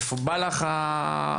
מאיפה בא לך הרצון,